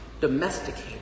domesticated